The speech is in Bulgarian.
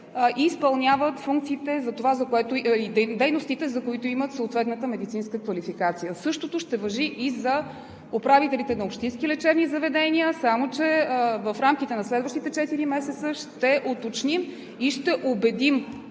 и дейностите, за които имат съответната медицинска квалификация. Същото ще важи и за управителите на общински лечебни заведения, само че в рамките на следващите четири месеца ще уточним и ще убедим